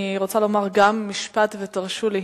אני רוצה לומר משפט, ותרשו לי.